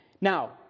Now